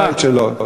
בבית שלו.